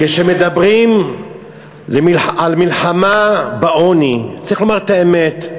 כשמדברים על מלחמה בעוני צריך לומר את האמת.